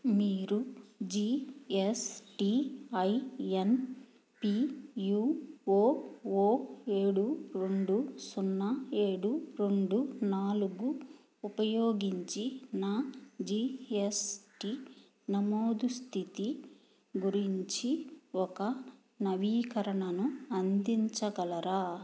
మీరు GSTIN P U O O ఏడు రెండు సున్నా ఏడు రెండు నాలుగు ఉపయోగించి నా జీఎస్టీ నమోదు స్థితి గురించి ఒక నవీకరణను అందించగలరా